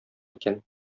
икән